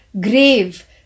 grave